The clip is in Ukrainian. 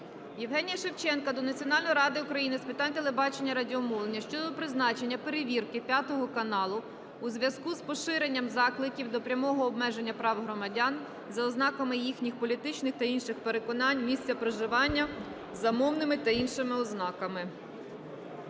Євгенія Шевченка до Національної ради України з питань телебачення і радіомовлення щодо призначення перевірки "5 каналу" у зв'язку з поширенням закликів до прямого обмеження прав громадян за ознаками їхніх політичних та інших переконань, місця проживання, за мовними та іншими ознаками.